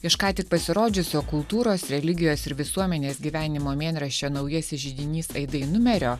iš ką tik pasirodžiusio kultūros religijos ir visuomenės gyvenimo mėnraščio naujasis židinys aidai numerio